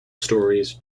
stories